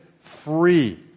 free